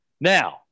Now